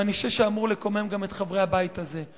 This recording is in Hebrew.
ואני חושב שהוא אמור לקומם גם את חברי הבית הזה.